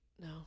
No